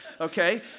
Okay